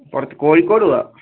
കുറച്ച് കോഴിക്കോട് പോവാം